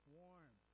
warm